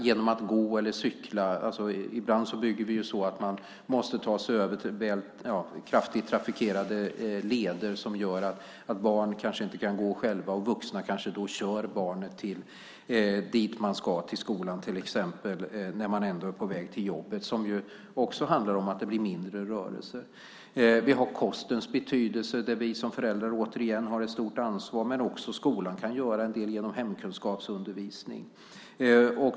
Kan man gå eller cykla? Ibland bygger vi så att man måste ta sig över kraftigt trafikerade leder vilket gör att barn inte kan gå själva. Vuxna kanske då kör barnet dit det ska, till exempel till skolan, när de ändå är på väg till jobbet. Också detta handlar om att det blir mindre rörelse. Vi har kostens betydelse, där vi som föräldrar återigen har ett stort ansvar. Men också skolan kan göra en del genom hemkunskapsundervisning.